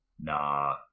Nah